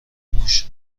موش